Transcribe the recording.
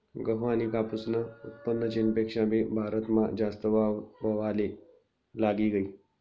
गहू आनी कापूसनं उत्पन्न चीनपेक्षा भी भारतमा जास्त व्हवाले लागी गयी